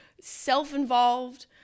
self-involved